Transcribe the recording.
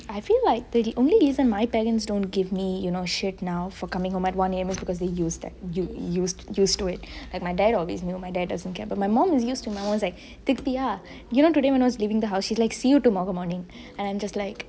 I feel like the only reason my parents don't give me shit now for coming home at one A_M is because they used that used to it like my dad always knew my dad doesn't care but my mum is used to my mum is like திட்ரியா:tidriyaa you know today when I was leaving the house she's like see you tomorrow morning